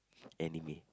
anime